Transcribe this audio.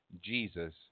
Jesus